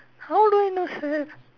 how do I know sir